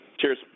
Cheers